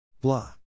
Blah